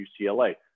UCLA